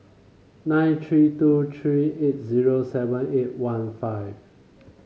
nine three two three eight zero seven eight one five